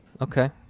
Okay